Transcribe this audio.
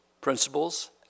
principles